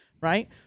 right